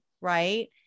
right